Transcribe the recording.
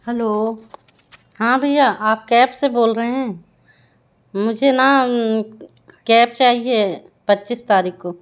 hello हाँ भैया आप कैब से बोल रहे हैं मुझे ना कैब चाहिए पच्चीस तारीख को